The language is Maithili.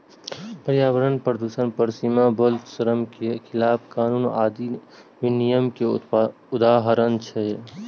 पर्यावरण प्रदूषण पर सीमा, बाल श्रम के खिलाफ कानून आदि विनियम के उदाहरण छियै